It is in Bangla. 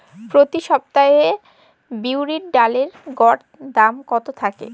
প্রতি সপ্তাহে বিরির ডালের গড় দাম কত থাকে?